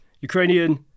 Ukrainian